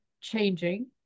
changing